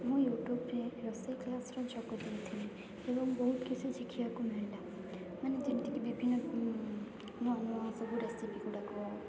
ମୁଁ ୟୁଟ୍ୟୁବ୍ରେ ରୋଷେଇ କ୍ଲାସ୍ରେ ଯୋଗ ଦେଇଥିଲି ଏବଂ ବହୁତ କିଛି ଶିଖିବାକୁ ମିଳିଲା ମାନେ ଯେମିତିକି ବିଭିନ୍ନ ନୂଆ ନୂଆ ସବୁ ରେସିପି ଗୁଡ଼ାକ